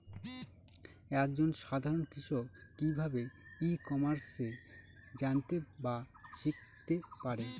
এক জন সাধারন কৃষক কি ভাবে ই কমার্সে জানতে বা শিক্ষতে পারে?